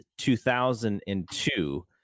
2002